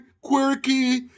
quirky